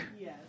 Yes